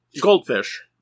goldfish